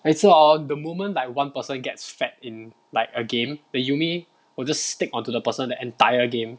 每次 hor the moment like one person gets fed in like a game the yuumi will just stick onto the person the entire game